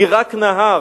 זה רק נהר.